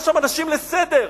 לקרוא שם אנשים לסדר,